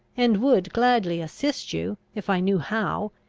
and would gladly assist you, if i knew how,